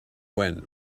when